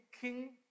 king